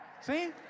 See